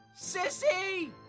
SISSY